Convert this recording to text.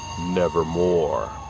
nevermore